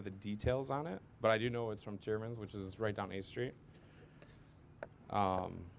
of the details on it but i do know it's from germans which is right down the street